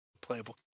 Playable